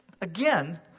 again